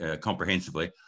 comprehensively